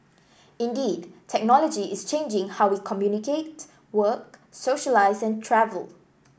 indeed technology is changing how we communicate work socialise and travel